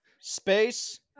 Space